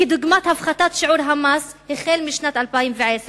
דוגמת הפחתת שיעור המס החל מ-2010,